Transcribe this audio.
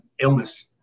illness